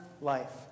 life